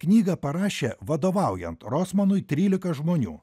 knygą parašė vadovaujant rosmanui trylika žmonių